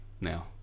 now